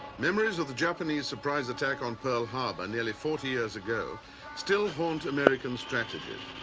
memories of the japanese surprise attack on pearl harbor nearly forty years ago still haunt american strategies,